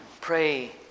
pray